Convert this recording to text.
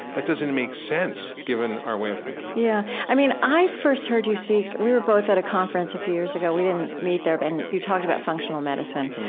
that doesn't make sense given our way of thinking yeah. i mean, i first heard you speak we were both at a conference a few years ago, we didn't meet there and you talked about functional medicine,